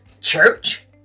church